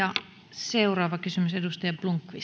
seuraava kysymys edustaja blomqvist